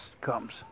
comes